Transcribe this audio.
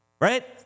right